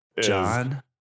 john